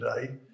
today